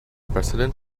president